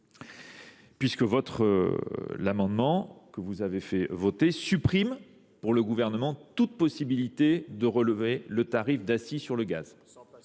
Puisque l'amendement que vous avez fait voter supprime pour le gouvernement toute possibilité de relever le tarif d'assis sur le gaz.